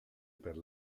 per